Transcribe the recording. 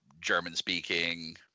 German-speaking